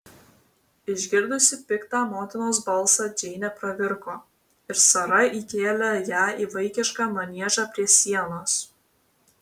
išgirdusi piktą motinos balsą džeinė pravirko ir sara įkėlė ją į vaikišką maniežą prie sienos